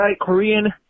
Korean